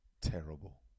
terrible